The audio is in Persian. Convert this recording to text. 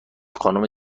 خانم